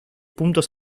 puntos